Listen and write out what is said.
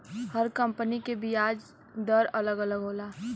हर company के बियाज दर अलग अलग होला